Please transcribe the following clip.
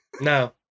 no